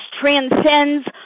transcends